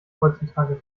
heutzutage